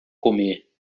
comer